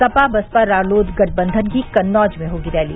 सपा बसपा रालोद गठबंधन की कन्नौज में होगी रैली